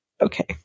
Okay